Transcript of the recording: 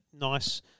nice